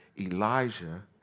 Elijah